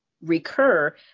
recur